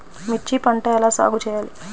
మిర్చి పంట ఎలా సాగు చేయాలి?